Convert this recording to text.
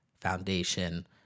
foundation